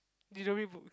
you don't read book